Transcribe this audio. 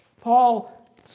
Paul